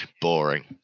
boring